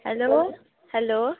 hello hello